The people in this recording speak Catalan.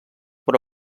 però